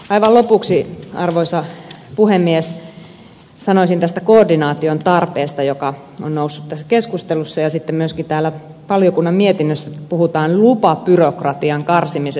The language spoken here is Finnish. aivan lopuksi arvoisa puhemies sanoisin tästä koordinaation tarpeesta joka on noussut esiin tässä keskustelussa ja sitten myöskin täällä valiokunnan mietinnössä kun puhutaan lupabyrokratian karsimisesta